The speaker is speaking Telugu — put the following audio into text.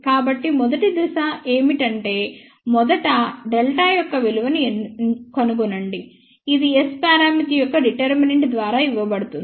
కాబట్టి మొదటి దశ ఏమిటంటే మొదట Δ యొక్క విలువను కనుగొనండి ఇది S పరామితి యొక్క డిటెర్మినెంట్ ద్వారా ఇవ్వబడుతుంది